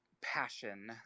passion